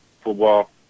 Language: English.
football